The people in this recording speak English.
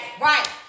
Right